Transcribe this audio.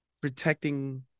protecting